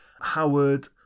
Howard